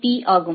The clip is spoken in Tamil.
பீ ஆகும்